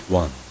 one